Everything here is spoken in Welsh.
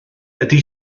ydy